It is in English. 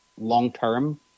long-term